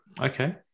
Okay